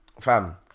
Fam